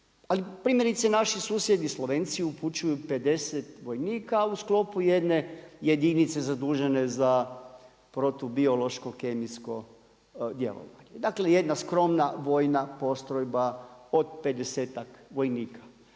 primjerice naši susjedi Slovenci upućuju 50 vojnika u sklopu jedne jedinice zadužene za protu biološko kemijsko djelovanje. Dakle, jedna skromna vojna postrojba od 50-tak vojnika.